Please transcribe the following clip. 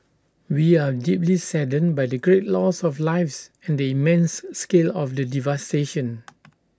we are deeply saddened by the great loss of lives and the immense scale of the devastation